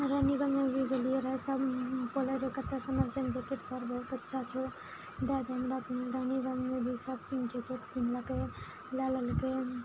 रानीगंजमे भी गेलियै रहै सब बोलै रहै कत्ते समझैन जेकि तोड़ बहुत अच्छा छै दए दिन रानीगंजमे भी सब जेत पहिरै लए लेलकै